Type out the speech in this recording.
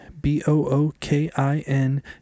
B-O-O-K-I-N